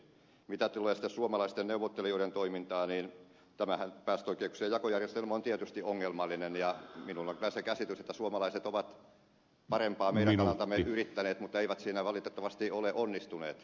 mitä tulee sitten suomalaisten neuvottelijoiden toimintaan niin tämä päästöoikeuksien jakojärjestelmähän on tietysti ongelmallinen ja minulla on kyllä se käsitys että suomalaiset ovat parempaa meidän kannaltamme yrittäneet mutta eivät siinä valitettavasti ole onnistuneet